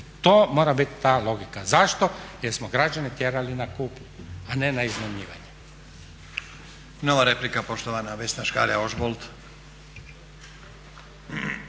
I to mora biti ta logika. Zašto? Jer smo građane tjerali na kupnju, a ne na iznajmljivanje. **Stazić, Nenad (SDP)** Nova replika, poštovana Vesna Škare-Ožbolt.